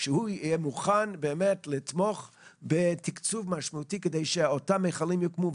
הוא יהיה מוכן לתמוך בתקצוב משמעותי כדי שאותם מכלים יוקמו,